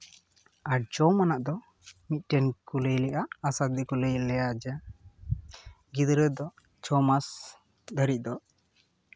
ᱟᱨ ᱡᱚᱢ ᱟᱱᱟᱜ ᱫᱚ ᱢᱤᱫᱴᱮᱱ ᱠᱚ ᱞᱟᱹᱭ ᱞᱮᱜᱼᱟ ᱟᱥᱟ ᱫᱤᱫᱤ ᱠᱚ ᱞᱟᱹᱭ ᱞᱮᱭᱟ ᱡᱮ ᱜᱤᱫᱽᱨᱟᱹ ᱫᱚ ᱪᱷᱚ ᱢᱟᱥ ᱫᱷᱟᱹᱨᱤᱡ ᱫᱚ